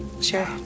sure